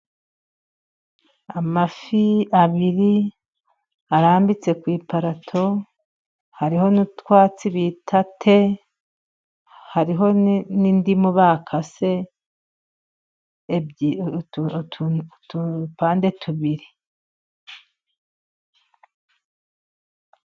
Amafi abiri arambitse ku iparato hariho n'utwatsi bita te hariho n'indimu bakase ebyiri utupande tubiri.